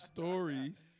Stories